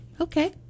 Okay